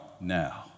now